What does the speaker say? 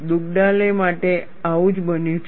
દુગડાલે માટે આવું જ બન્યું છે